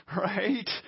right